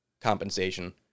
compensation